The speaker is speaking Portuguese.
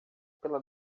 pela